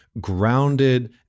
grounded